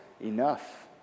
enough